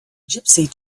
gypsy